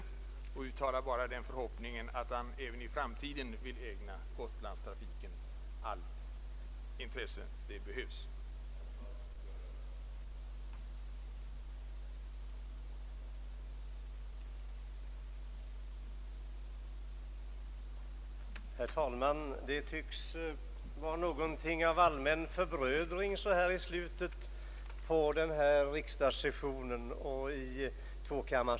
Jag vill tacka honom härför och uttala den förhoppningen att han även i framtiden vill ägna frågan om Gotlandstrafiken största möjliga uppmärksamhet.